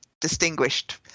distinguished